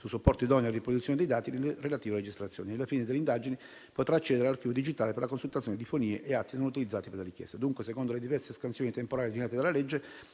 su supporto idoneo alla riproduzione dei dati le relative registrazioni. Alla fine dell'indagine, potrà accedere al digitale, per la consultazione di fonie e atti non utilizzati per la richiesta. Dunque, secondo le diverse scansioni temporali ordinate dalla legge,